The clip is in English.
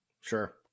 Sure